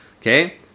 Okay